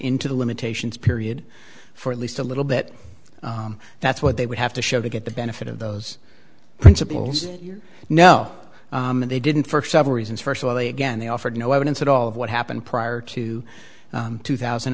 into the limitations period for at least a little bit that's what they would have to show to get the benefit of those principles you know and they didn't for several reasons first of all they again they offered no evidence at all of what happened prior to two thousand